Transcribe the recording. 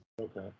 Okay